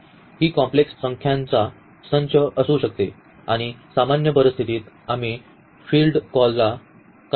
ही complex संख्यांचा संच असू शकते आणि सामान्य परिस्थितीत आम्ही फील्ड कॉलला काय म्हणू